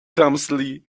clumsily